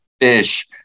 fish